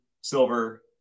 silver